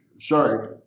sorry